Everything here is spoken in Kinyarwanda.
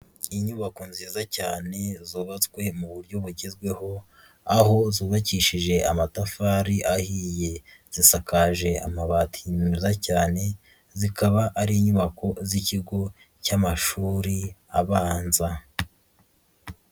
Inyubako nziza cyane zubatswe mu buryo bugezweho aho zubakishije amatafari ahiye, zisakaje amabati meza cyane zikaba ari inyubako z'ikigo cy'amashuri abanza.